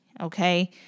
okay